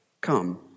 come